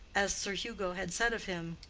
as sir hugo had said of him,